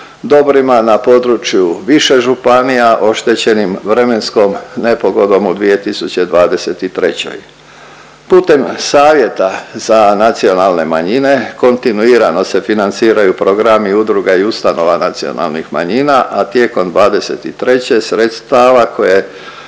dobrima na području više županija oštećenim vremenskom nepogodom u 2023. Putem Savjeta za nacionalne manjine kontinuirao se financiraju programi udruga i ustanova nacionalnih manjina, a tijekom 2023. sredstava koje,